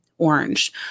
orange